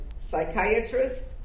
psychiatrist